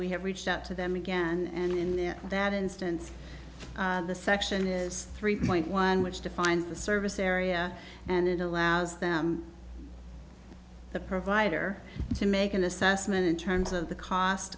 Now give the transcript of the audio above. we have reached out to them again and in that instance the section is three point one which defines the service area and it allows them the provider to make an assessment in terms of